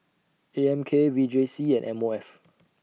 A M K V J C and M O F